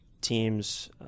teams